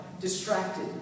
distracted